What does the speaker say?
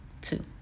two